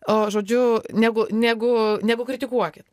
o žodžiu negu negu negu kritikuokit